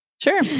Sure